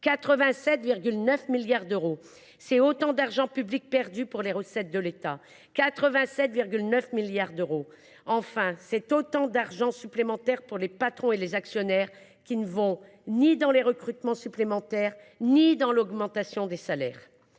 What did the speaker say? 87,9 milliards d’euros, c’est autant d’argent public perdu pour les recettes de l’État ; 87,9 milliards d’euros, c’est autant d’argent supplémentaire pour les patrons et les actionnaires qui n’est consacré ni à des recrutements supplémentaires ni à l’augmentation des salaires.